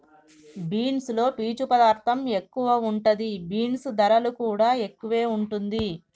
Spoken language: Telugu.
బీన్స్ లో పీచు పదార్ధం ఎక్కువ ఉంటది, బీన్స్ ధరలు కూడా ఎక్కువే వుంటుంది